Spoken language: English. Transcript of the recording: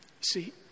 see